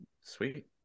Sweet